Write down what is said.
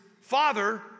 father